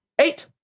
eight